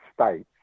States